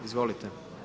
Izvolite.